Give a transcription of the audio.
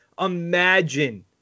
imagine